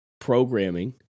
programming